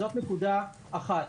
זאת נקודה אחת.